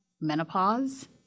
menopause